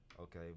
Okay